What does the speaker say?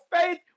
faith